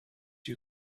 you